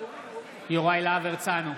יוראי להב הרצנו,